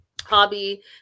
hobby